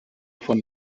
von